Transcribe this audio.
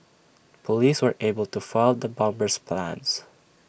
Police were able to foil the bomber's plans